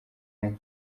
umwe